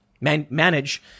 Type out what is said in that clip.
manage